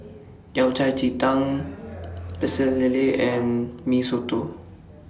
Yao Cai Ji Tang Pecel Lele and Mee Soto